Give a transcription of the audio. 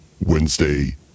Wednesday